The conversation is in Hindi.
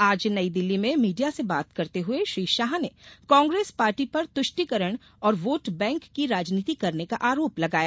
आज नई दिल्ली में मीडिया से बात करते हुए श्री शाह ने कांग्रेस पार्टी पर तुष्टिकरण और वोटबैंक की राजनीति करने का आरोप लगाया